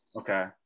Okay